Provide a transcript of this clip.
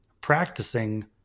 practicing